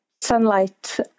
sunlight